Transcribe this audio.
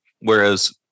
whereas